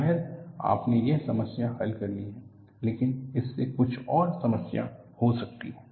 शायद आपने एक समस्या हल कर ली है लेकिन इससे कुछ और समस्या हो सकती है